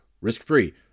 risk-free